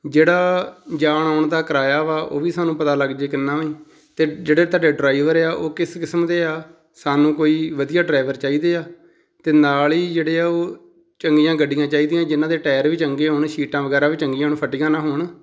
ਜਿਹੜਾ ਜਾਣ ਆਉਣ ਦਾ ਕਿਰਾਇਆ ਵਾ ਉਹ ਵੀ ਸਾਨੂੰ ਪਤਾ ਲੱਗ ਜੇ ਕਿੰਨਾ ਵੀ ਅਤੇ ਜਿਹੜੇ ਤੁਹਾਡੇ ਡਰਾਈਵਰ ਆ ਉਹ ਕਿਸ ਕਿਸਮ ਦੇ ਆ ਸਾਨੂੰ ਕੋਈ ਵਧੀਆ ਡਰਾਈਵਰ ਚਾਹੀਦੇ ਆ ਅਤੇ ਨਾਲ ਹੀ ਜਿਹੜੇ ਆ ਉਹ ਚੰਗੀਆਂ ਗੱਡੀਆਂ ਚਾਹੀਦੀਆਂ ਜਿਨ੍ਹਾਂ ਦੇ ਟਾਇਰ ਵੀ ਚੰਗੇ ਹੋਣ ਸੀਟਾਂ ਵਗੈਰਾ ਵੀ ਚੰਗੀਆਂ ਹੋਣ ਫਟੀਆਂ ਨਾ ਹੋਣ